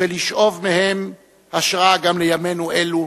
ולשאוב מהם השראה גם לימינו אלה.